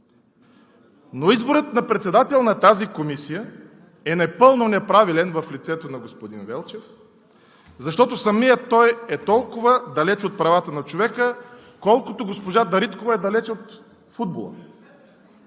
Но изборът на председател на Комисията е напълно неправилен в лицето на господин Велчев, защото самият той е толкова далече от правата на човека, колкото госпожа Дариткова е далече от футбола.